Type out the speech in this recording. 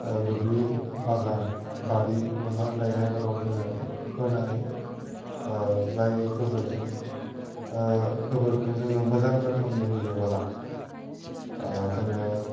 दुब्लि बागान बारि मैगं गायनायफोराव जोङो होनो हायो जाय गोबोरजों गोबोरखौ जोङो मोजां रोखोमनि होयोबोला जोङो